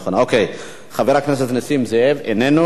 אוקיי, חבר הכנסת נסים זאב, איננו.